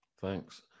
thanks